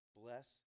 bless